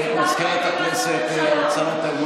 מספיק כבר,